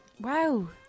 Wow